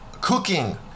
cooking